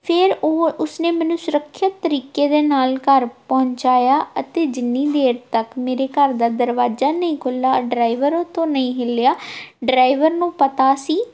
ਫਿਰ ਉਹ ਉਸਨੇ ਮੈਨੂੰ ਸੁਰੱਖਿਅਤ ਤਰੀਕੇ ਦੇ ਨਾਲ ਘਰ ਪਹੁੰਚਾਇਆ ਅਤੇ ਜਿੰਨੀ ਦੇਰ ਤੱਕ ਮੇਰੇ ਘਰ ਦਾ ਦਰਵਾਜ਼ਾ ਨਹੀਂ ਖੁੱਲ੍ਹਾ ਡਰਾਈਵਰ ਉੱਥੋਂ ਨਹੀਂ ਹਿੱਲਿਆ ਡਰਾਈਵਰ ਨੂੰ ਪਤਾ ਸੀ